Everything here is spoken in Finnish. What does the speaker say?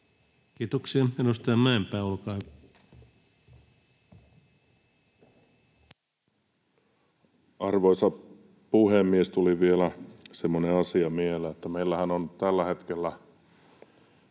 Kiitoksia. — Edustaja Mäenpää, olkaa hyvä. Arvoisa puhemies! Tuli vielä semmoinen asia mieleen, että meillähän on tällä hetkellä